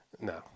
No